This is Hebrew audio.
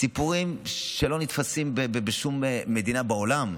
סיפורים שלא נתפסים בשום מדינה בעולם.